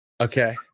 Okay